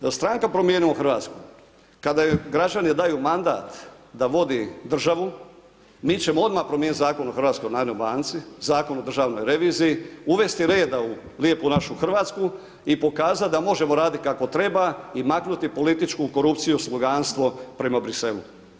Da stranka promijeni .../nerazumljivo/... kada joj građani daju mandat da vodi državu mi ćemo odmah promijeniti Zakon o HNB-u, Zakon o državnoj reviziji, uvesti reda u lijepu našu Hrvatsku i pokazati da možemo raditi kako treba i maknuti političku korupciju, sluganstvo prema Bruxellesu.